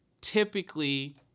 typically